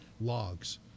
logs